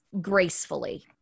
gracefully